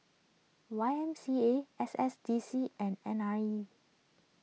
Y M C A S S D C and N I E